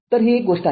तर ही एक गोष्ट आहे